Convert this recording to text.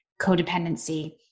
codependency